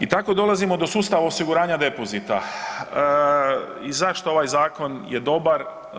I tako dolazimo do sustava osiguranja depozita i zašto ovaj zakon je dobar?